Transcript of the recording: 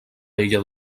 bella